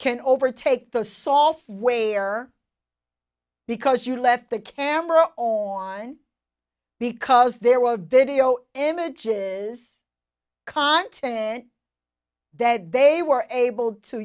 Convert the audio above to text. can overtake the software because you left the camera on because there were a video images content that they were able to